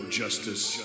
justice